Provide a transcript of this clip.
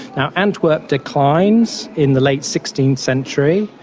now antwerp declines in the late sixteenth century,